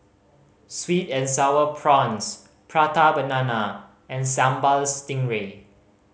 sweet and Sour Prawns Prata Banana and Sambal Stingray